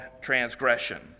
transgression